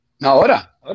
ahora